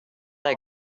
that